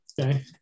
Okay